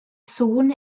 sŵn